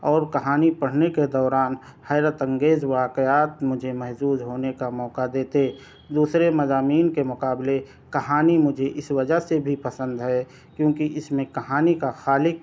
اور کہانی پڑھنے کے دوران حیرت انگیز واقعات مجھے محظوظ ہونے کا موقع دیتے دوسرے مضامین کے مقابلے کہانی مجھے اس وجہ سے بھی پسند ہے کیوں کہ اس میں کہانی کا خالق